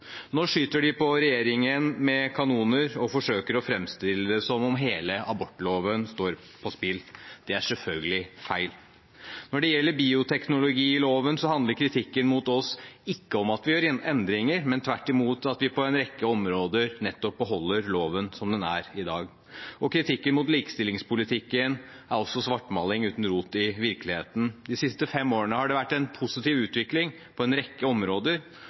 Nå skyter de på regjeringen med kanoner og forsøker å framstille det som om hele abortloven står på spill. Det er selvfølgelig feil. Når det gjelder bioteknologiloven, handler kritikken mot oss ikke om at vi gjør endringer, men tvert imot at vi på en rekke områder nettopp beholder loven som den er i dag. Kritikken mot likestillingspolitikken er også svartmaling uten rot i virkeligheten. De siste fem årene har det vært en positiv utvikling på en rekke områder,